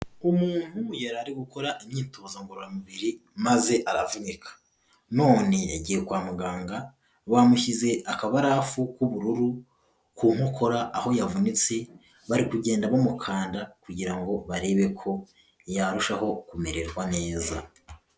Umuntu yarari gukora imyitozo ngororamubiri maze aravunika none yagiye kwa muganga, bamushyize akabarafu k'ubururu ku nkokora aho yavunitse bari kugenda bamukanda kugira ngo barebe ko yarushaho kumererwa neza.